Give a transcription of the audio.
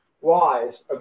wise